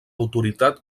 autoritat